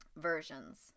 versions